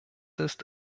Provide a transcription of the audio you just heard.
ist